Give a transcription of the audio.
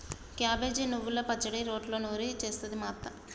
cabbage నువ్వల పచ్చడి రోట్లో నూరి చేస్తది మా అత్త